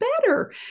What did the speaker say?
better